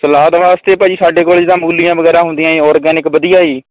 salad ਵਾਸਤੇ ਭਾਅ ਜੀ ਸਾਡੇ ਕੋਲ ਜਿਦਾਂ ਮੂਲੀਆਂ ਵਗੈਰਾ ਹੁੰਦੀਆਂ ਔਰਗੈਨਿਕ ਵਧੀਆ ਜੀ